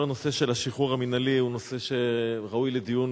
כל הנושא של השחרור המינהלי הוא נושא שראוי לדיון,